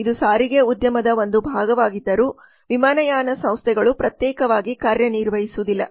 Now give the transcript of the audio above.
ಇದು ಸಾರಿಗೆ ಉದ್ಯಮದ ಒಂದು ಭಾಗವಾಗಿದ್ದರೂ ವಿಮಾನಯಾನ ಸಂಸ್ಥೆಗಳು ಪ್ರತ್ಯೇಕವಾಗಿ ಕಾರ್ಯನಿರ್ವಹಿಸುವುದಿಲ್ಲ